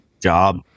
job